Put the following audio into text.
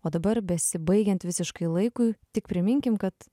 o dabar besibaigiant visiškai laikui tik priminkim kad